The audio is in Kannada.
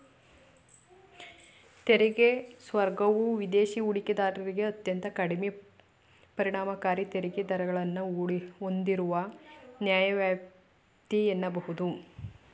ತೆರಿಗೆ ಸ್ವರ್ಗವು ವಿದೇಶಿ ಹೂಡಿಕೆದಾರರಿಗೆ ಅತ್ಯಂತ ಕಡಿಮೆ ಪರಿಣಾಮಕಾರಿ ತೆರಿಗೆ ದರಗಳನ್ನ ಹೂಂದಿರುವ ನ್ಯಾಯವ್ಯಾಪ್ತಿ ಎನ್ನಬಹುದು